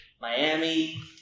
Miami